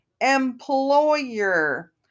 employer